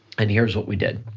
and here's what we did.